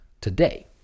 today